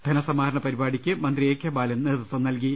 ധനസമാഹരണ പരിപാടിക്ക് മന്ത്രി എ കെ ബാലൻ നേതൃത്വം നൽകി